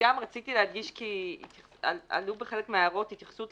וגם רציתי להדגיש, כי עלו בחלק מההערות התייחסות